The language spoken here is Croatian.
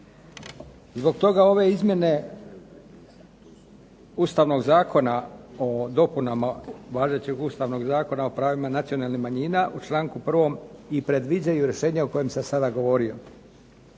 Zbog toga ove izmjene ustavnog Zakona o dopunama važećeg ustavnog Zakona o pravima nacionalnih manjina, u članku 1. i predviđaju rješenja o kojima sam sada govorio.